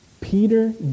Peter